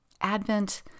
Advent